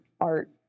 art